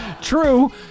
True